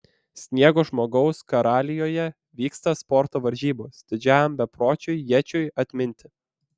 sniego žmogaus karalijoje vyksta sporto varžybos didžiajam bepročiui ječiui atminti